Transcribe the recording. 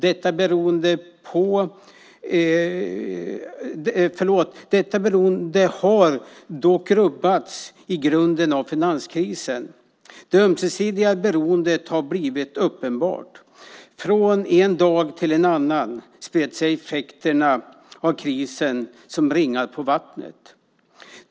Detta beroende har dock rubbats i grunden av finanskrisen. Det ömsesidiga beroendet har blivit uppenbart. Från en dag till en annan spred sig effekterna av krisen som ringar på vattnet.